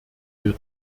wir